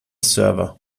server